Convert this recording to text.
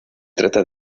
trata